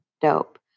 dope